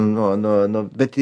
nu nu nu bet i